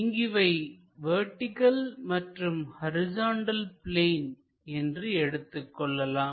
இங்கு இவை வெர்டிகள் மற்றும் ஹரிசாண்டல் பிளேன் என்று எடுத்துக்கொள்ளலாம்